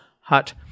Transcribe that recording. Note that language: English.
hut